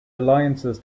alliances